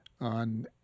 on